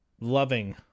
loving